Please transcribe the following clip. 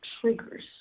triggers